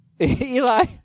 Eli